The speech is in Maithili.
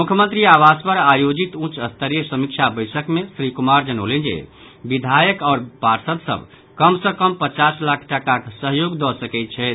मुख्यमंत्री आवास पर आयोजित उच्च स्तरीय समीक्षा बैसक मे श्री कुमार जनौलनि जे विधायक आओर पार्षद सभ कम सँ कम पचास लाख टाकाक सहयोग दऽ सकैत छथि